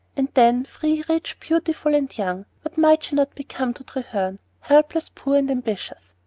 and then, free, rich, beautiful, and young, what might she not become to treherne, helpless, poor, and ambitious?